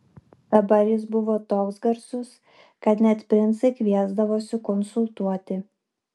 dabar jis buvo toks garsus kad net princai kviesdavosi konsultuoti